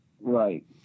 Right